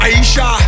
Aisha